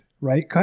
right